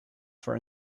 for